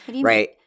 Right